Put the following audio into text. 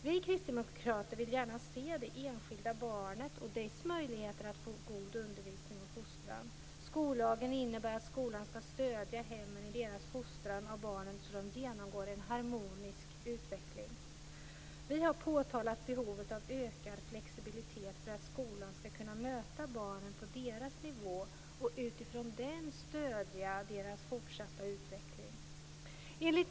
Vi kristdemokrater vill gärna se det enskilda barnet och dess möjligheter att få god undervisning och fostran. Skollagen innebär att skolan skall stödja hemmen i deras fostran av barnen så att de genomgår en harmonisk utveckling. Vi har påtalat behovet av ökad flexibilitet för att skolan skall kunna möta barnen på deras nivå och utifrån den stödja deras fortsatta utveckling.